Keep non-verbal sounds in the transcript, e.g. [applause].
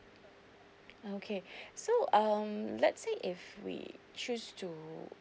okay [breath] so um let's say if we choose to